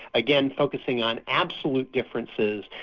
again focussing on absolute differences,